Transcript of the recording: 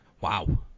Wow